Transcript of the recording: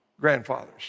grandfathers